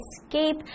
escape